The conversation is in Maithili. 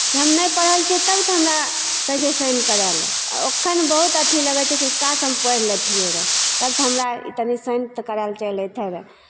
कि हम नहि पढ़ल छियै तब तऽ हमरा कहै छै साइन करैल आ ओक्खन बहुत अथी लगै छै कि कास हम पढ़ि लतियै रे तब तऽ हमरा तनी साइन तऽ करैल चलि अयतै रे